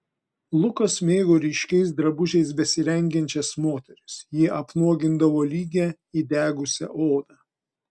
lukas mėgo ryškiais drabužiais besirengiančias moteris jie apnuogindavo lygią įdegusią odą